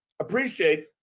appreciate